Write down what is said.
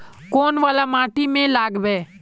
कौन वाला माटी में लागबे?